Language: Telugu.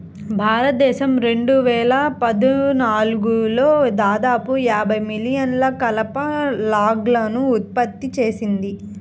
భారతదేశం రెండు వేల పద్నాలుగులో దాదాపు యాభై మిలియన్ల కలప లాగ్లను ఉత్పత్తి చేసింది